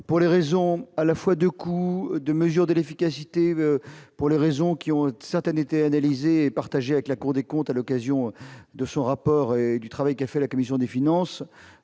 pour les raisons à la fois de coups de mesure de l'efficacité pour les raisons qui ont certaines étaient et partagez avec la Cour des comptes, à l'occasion de son rapport et du travail qui a fait la commission des finances